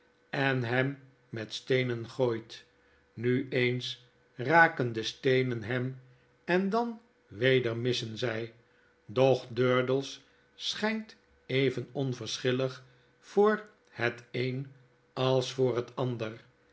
en hem met steenen gooit nu eens raken de steenen hem en dan weder missen zij doch durdels schijnt even onverschillig voor het een als voor het ander